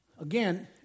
again